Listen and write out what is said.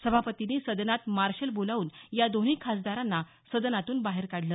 सभापतींनी सदनात मार्शल बोलावून या दोन्ही खासदारांना सदनातून बाहेर काढलं